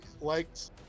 liked